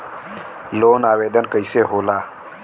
Loan आवेदन कैसे होला?